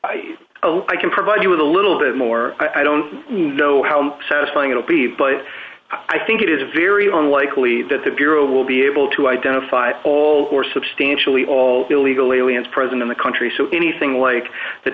i can provide you with a little bit more i don't know how satisfying it will be but i think it is very unlikely that the bureau will be able to identify all who are substantially all illegal aliens present in the country so anything like th